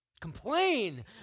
complain